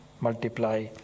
multiply